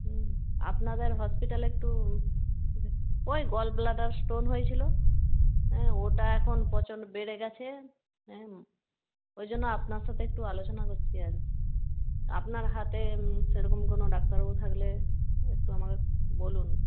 হুম আপনাদের হসপিটালে একটু ওই গলব্লাডার স্টোন হয়েছিল হ্যাঁ ওটা এখন পচন বেড়ে গিয়েছে হ্যাঁ ওই জন্য আপনার সাথে একটু আলোচনা করছি আর কি আপনার হাতে সেরকম কোনো ডাক্তারবাবু থাকলে একটু আমাকে বলুন